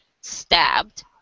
Stabbed